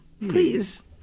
please